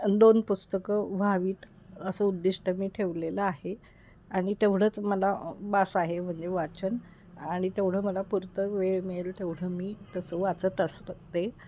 दोन पुस्तकं व्हावीत असं उद्दिष्ट मी ठेवलेलं आहे आणि तेवढंच मला बास आहे म्हणजे वाचन आणि तेवढं मला पुरत वेळ मिळेल तेवढं मी तसं वाचत असते